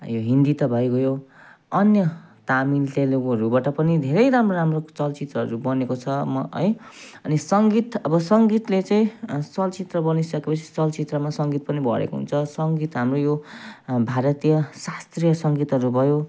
यो हिन्दी त भइगयो अन्य तामिल तेलुगूहरूबाट पनि धेरै राम्रो राम्रो चलचित्रहरू बनेको छ म है अनि सङ्गीत अब सङ्गीतले चाहिँ चलचित्र बनिसक्यो पछि चाहिँ चलचित्रमा सङ्गीत पनि भरेको हुन्छ सङ्गीत हाम्रो यो भारतीय शास्त्रीय सङ्गीतहरू भयो